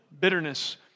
bitterness